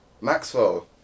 Maxwell